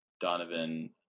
Donovan